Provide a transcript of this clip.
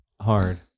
hard